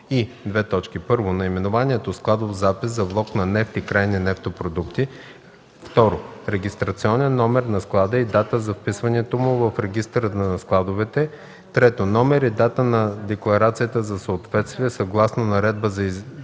закон и: 1. наименованието „Складов запис за влог на нефт и крайни нефтопродукти”; 2. регистрационен номер на склада и дата на вписването му в регистъра на складовете; 3. номер и дата на декларацията за съответствие съгласно Наредбата за изискванията